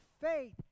faith